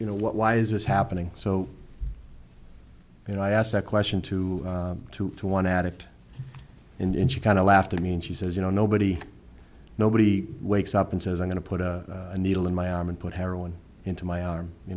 you know what why is this happening so you know i asked that question to two to one addict and she kind of laughed i mean she says you know nobody nobody wakes up and says i'm going to put a needle in my arm and put heroin into my arm you